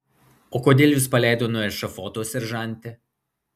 o kodėl jus paleido nuo ešafoto seržante